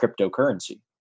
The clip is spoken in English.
cryptocurrency